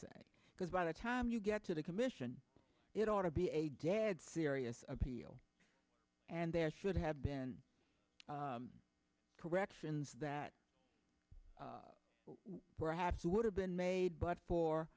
say because by the time you get to the commission it ought to be a dead serious appeal and there should have been corrections that perhaps would have been made but for